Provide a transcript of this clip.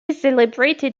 celebrated